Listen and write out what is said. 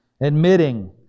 Admitting